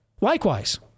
Likewise